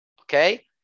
Okay